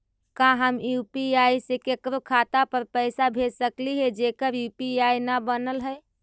का हम यु.पी.आई से केकरो खाता पर पैसा भेज सकली हे जेकर यु.पी.आई न बनल है?